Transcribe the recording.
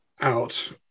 out